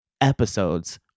episodes